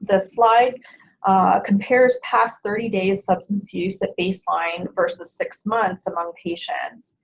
the slide compares past thirty days substance use at baseline versus six months among patients